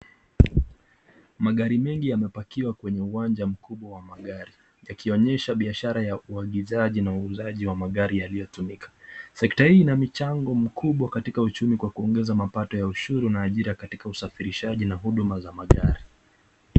Magari mengi yamepakiwa kwenye uwanja mkubwa wa magari, yakionyesha biashara ya uagizaji na uuzaji wa magari yaliyotumika, sekta hii ina michango mikubwa katika uchumi wa kuongeza mapato ya ushuru na ajira katika usafirishaji na huduma za magari.